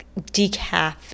decaf